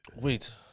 Wait